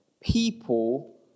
people